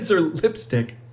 lipstick